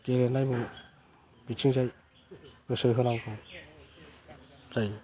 गेलेनाय बिथिंजों गोसो होनांगौ जायो